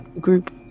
group